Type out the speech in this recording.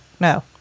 No